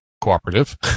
cooperative